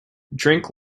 drink